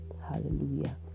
Hallelujah